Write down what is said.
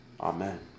Amen